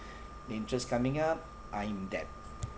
the interest coming up I'm dead